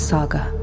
Saga